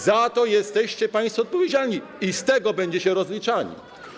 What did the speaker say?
Za to jesteście państwo odpowiedzialni i z tego będziecie rozliczani.